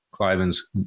Cliven's